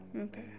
Okay